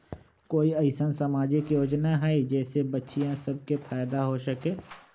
कोई अईसन सामाजिक योजना हई जे से बच्चियां सब के फायदा हो सके?